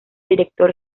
director